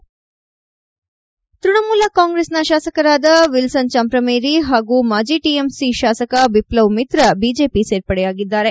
ತ್ಬಣಮೂಲ ಕಾಂಗ್ರೆಸ್ ಶಾಸಕರಾದ ವಿಲ್ಸನ್ ಚಂಪ್ರಮೇರಿ ಹಾಗೂ ಟಿಎಮ್ಸಿ ಶಾಸಕ ಬಿಪ್ಲವ್ ಮಿತ್ರ ಬಿಜೆಪಿ ಸೇರ್ಪಡೆಯಾಗಿದ್ದಾರೆ